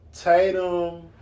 Tatum